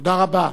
תודה רבה.